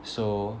so